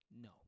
No